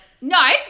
no